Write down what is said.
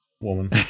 woman